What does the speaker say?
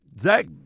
Zach